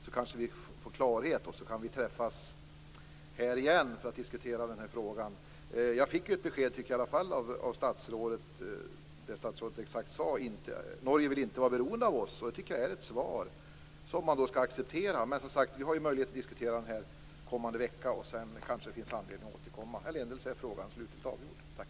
Då kanske vi får klarhet, och så kan vi träffas här igen för att diskutera den här frågan. Jag tycker i alla fall att jag fick ett besked av statsrådet. Norge vill inte vara beroende av oss, och det tycker jag är ett svar som man skall acceptera. Men som sagt, vi har ju möjlighet att diskutera det här den kommande veckan, och sedan kanske det finns anledning att återkomma. Eller också är frågan slutligt avgjord.